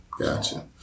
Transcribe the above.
Gotcha